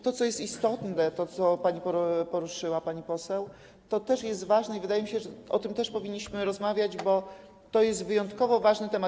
To, co jest istotne, to to, co pani poruszyła, pani poseł, to też jest ważne i wydaje mi się, że o tym też powinniśmy rozmawiać, bo to jest wyjątkowo ważny temat.